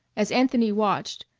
as anthony watched,